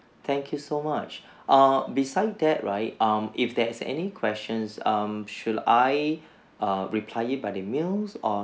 thank you so much err besides that right err if there is any questions um should I err reply it by the mails or